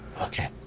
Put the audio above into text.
Okay